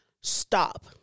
stop